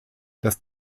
das